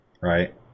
right